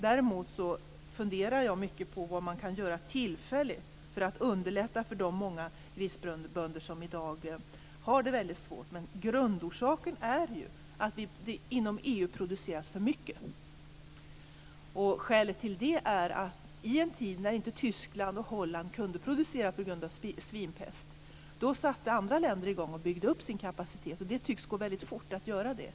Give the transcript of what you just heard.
Däremot funderar jag mycket på vad man tillfälligt kan göra för att underlätta för de många grisbönder som i dag har det väldigt svårt. Grundorsaken är dock att det inom EU produceras för mycket. Skälet till det är att andra länder, i en tid när Tyskland och Holland på grund av svinpest inte kunde producera, satte i gång med att bygga upp sin kapacitet. Det tycks gå väldigt fort att göra det.